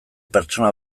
pertsona